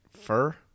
Fur